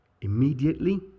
immediately